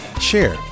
share